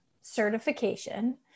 certification